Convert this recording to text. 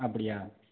அப்படியா